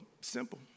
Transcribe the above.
simple